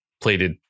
plated